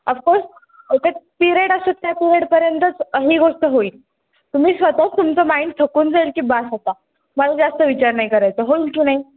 of course त्यात period असतो त्या पिरेडपर्यंतच ही गोष्ट होईल तुम्ही स्वतःच तुमचं माइंड थकून जाईल की बस्स आता मला जास्त विचार नाही करायचा हो की नाही